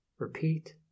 Repeat